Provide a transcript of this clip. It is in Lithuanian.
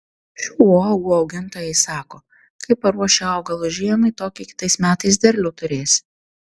šių uogų augintojai sako kaip paruoši augalus žiemai tokį kitais metais derlių turėsi